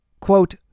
Quote